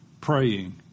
praying